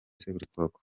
seburikoko